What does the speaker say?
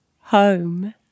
home